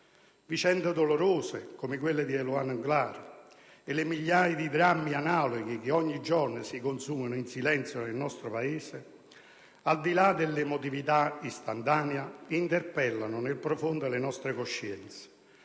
Vicende dolorose come quella di Eluana Englaro e le migliaia di drammi analoghi che ogni giorno si consumano in silenzio nel nostro Paese, al di là dell'emotività istantanea, interpellano nel profondo le nostre coscienze